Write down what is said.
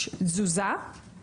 אני באתי לפה כנציג עמותת אנשי"ם,